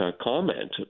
comment